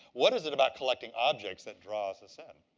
what is it about collecting objects that draws us in?